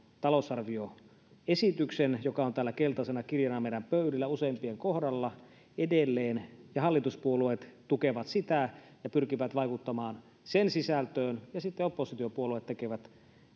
talousarvioesityksen joka on täällä keltaisena kirjana meidän pöydillämme useimpien kohdalla edelleen ja hallituspuolueet tukevat sitä ja pyrkivät vaikuttamaan sen sisältöön ja sitten oppositiopuolueet tekevät